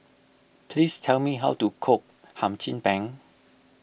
please tell me how to cook Hum Chim Peng